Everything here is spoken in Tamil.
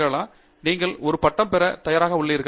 டங்கிராலா நீங்கள் ஒரு பட்டம் பெற தயாராக உள்ளீர்கள்